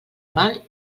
mal